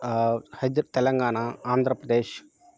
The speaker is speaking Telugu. హైదర్ తెలంగాణ ఆంధ్రప్రదేశ్